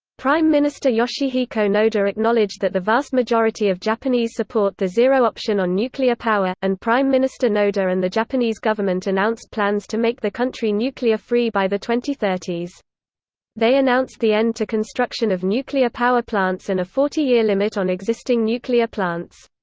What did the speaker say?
prime minister yoshihiko noda acknowledged that the vast majority of japanese support the zero option on nuclear power, and prime minister noda and the japanese government announced plans to make the country nuclear-free by the twenty thirty they announced the end to construction of nuclear power plants and a forty year limit on existing nuclear plants.